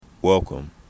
Welcome